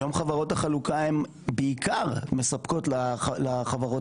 היום חברות החלוקה הן בעיקר מספקות לחברות